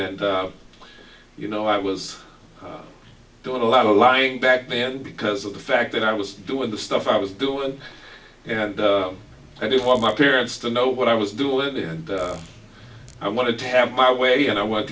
in you know i was doing a lot of lying back then because of the fact that i was doing the stuff i was doing and i didn't want my parents to know what i was doing and i wanted to have my way and i want